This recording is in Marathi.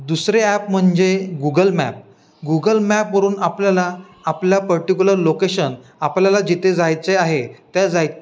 दुसरे ॲप म्हणजे गुगल मॅप गुगल मॅपवरून आपल्याला आपल्या पर्टिक्युलर लोकेशन आपल्याला जिथे जायचे आहे त्या जाय